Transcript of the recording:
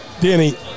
Danny